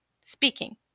speaking